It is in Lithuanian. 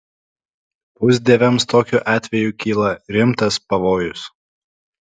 pusdieviams tokiu atveju kyla rimtas pavojus